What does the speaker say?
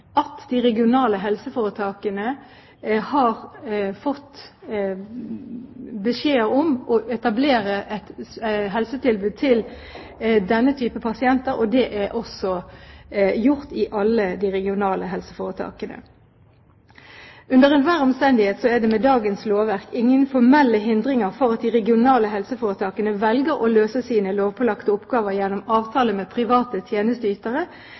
at de regionale helseforetakene har fått beskjed om å etablere et helsetilbud til denne type pasienter, og det er også gjort i alle de regionale helseforetakene. Under enhver omstendighet er det med dagens lovverk ingen formelle hindringer for at de regionale helseforetakene velger å løse sine lovpålagte oppgaver gjennom avtale med private tjenesteytere,